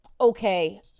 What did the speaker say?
okay